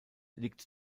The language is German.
liegt